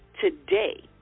today